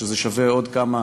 שזה שווה לעוד כמה